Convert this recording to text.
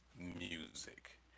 music